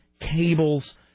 cables